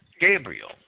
Gabriel